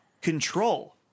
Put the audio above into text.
Control